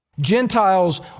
Gentiles